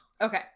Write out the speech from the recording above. Okay